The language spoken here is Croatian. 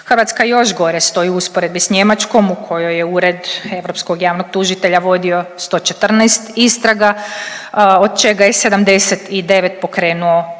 Hrvatska još gore stoji u usporedbi s Njemačkoj u kojoj je Ured europskog javnog tužitelja vodio 114 istraga od čega je 79 pokrenuo 2022.,